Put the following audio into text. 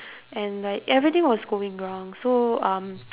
and like everything was going wrong so um